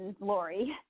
Lori